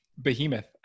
behemoth